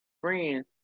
friends